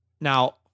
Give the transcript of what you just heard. Now